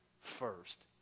first